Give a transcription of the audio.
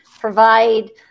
provide